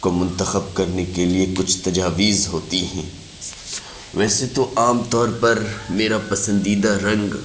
کو منتخب کرنے کے لیے کچھ تجاویز ہوتی ہیں ویسے تو عام طور پر میرا پسندیدہ رنگ